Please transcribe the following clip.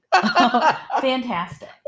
Fantastic